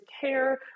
care